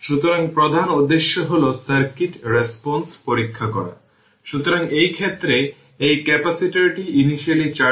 সুতরাং এটি কনস্ট্যান্ট τ সময়ের বিভিন্ন ভ্যালু এর জন্য রেসপন্স কার্ভ